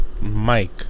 Mike